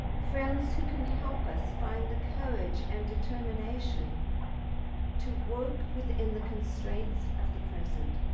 friends who can help us find the courage and determination to work within the constraints of the present.